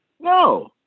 No